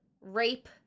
Rape